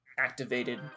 Activated